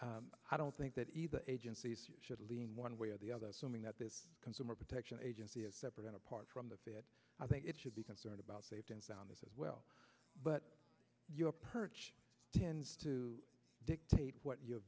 consumer i don't think that either agencies should lean one way or the other something that the consumer protection agency is separate and apart from the i think it should be concerned about safety and soundness as well but your perch tends to dictate what your